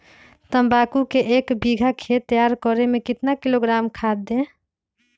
तम्बाकू के एक बीघा खेत तैयार करें मे कितना किलोग्राम खाद दे?